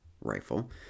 rifle